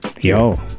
Yo